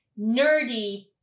nerdy